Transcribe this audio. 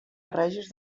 barreges